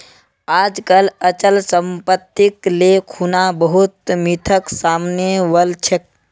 आजकल अचल सम्पत्तिक ले खुना बहुत मिथक सामने वल छेक